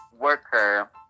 worker